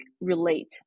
relate